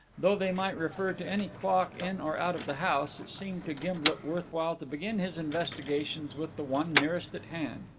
though they might refer to any clock in or out of the house, it seemed to gimblet worth while to begin his investigations with the one nearest at hand,